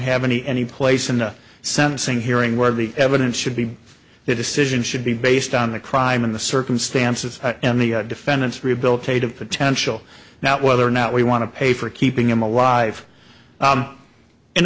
have any any place in the sentencing hearing where the evidence should be the decision should be based on the crime and the circumstances and the defendant's rehabilitative potential now whether or not we want to pay for keeping him alive